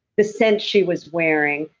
the scent she was wearing,